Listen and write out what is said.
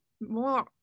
more